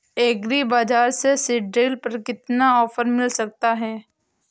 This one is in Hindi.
एग्री बाजार से सीडड्रिल पर कितना ऑफर मिल सकता है?